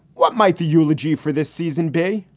what might the eulogy for this season be?